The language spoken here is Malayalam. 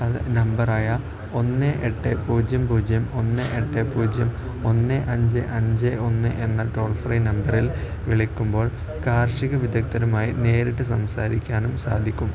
അത് നമ്പറായ ഒന്ന് എട്ട് പൂജ്യം പൂജ്യം ഒന്ന് എട്ട് പൂജ്യം ഒന്ന് അഞ്ച് അഞ്ച് ഒന്ന് എന്ന ട്രോൾ ഫ്രീ നമ്പറിൽ വിളക്കുമ്പോൾ കാർഷിക വിദഗ്തനുമായി നേരിട്ട് സംസാരിക്കാനും സാധിക്കും